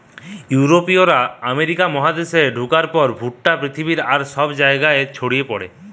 ইউরোপীয়রা আমেরিকা মহাদেশে ঢুকার পর ভুট্টা পৃথিবীর আর সব জায়গা রে ছড়ি পড়ে